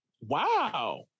Wow